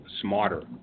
smarter